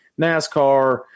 NASCAR